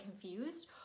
confused